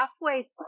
halfway